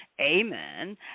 Amen